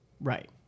Right